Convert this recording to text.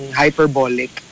hyperbolic